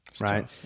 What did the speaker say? Right